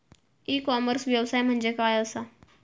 E commerce व्यवसाय म्हणजे काय असा?